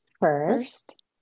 first